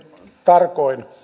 tarkoin